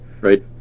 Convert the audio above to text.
right